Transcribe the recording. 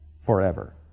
Forever